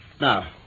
Now